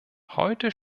heute